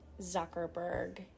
Zuckerberg